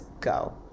go